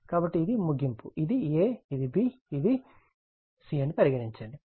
కాబట్టి ఇది ముగింపు ఇది A ఇది B అని పరిగణించండి ఇది C